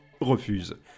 refuse